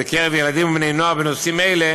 "בקרב ילדים ובני נוער בנושאים האלה